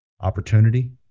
opportunity